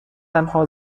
تنها